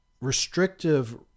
restrictive